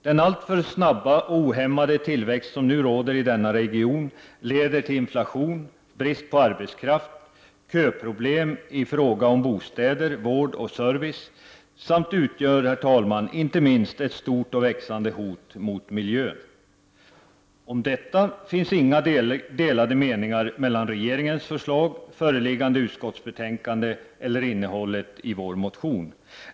Den alltför snabba och ohämmade tillväxt som nu råder i denna region leder till inflation, brist på arbetskraft, köproblem i fråga om bostäder, vård och service samt utgör inte minst ett stort och växande hot mot miljön. Om detta finns inga skillnader mellan regeringens förslag, föreliggande utskottsbetänkande eller innehållet i vår motion.